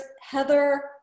Heather